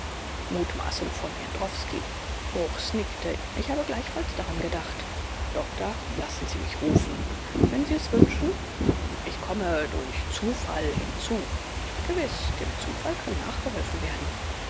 mutmaßung von jendrowski bruchs nickte ich habe gleichfalls daran gedacht doktor lassen sie mich rufen wenn sie es wünschen ich komme durch zufall hinzu gewiß dem zufall kann nachgeholfen werden